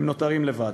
הם נותרים לבד.